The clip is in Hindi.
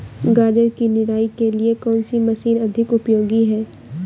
गाजर की निराई के लिए कौन सी मशीन अधिक उपयोगी है?